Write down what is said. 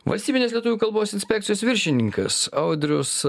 valstybinės lietuvių kalbos inspekcijos viršininkas audrius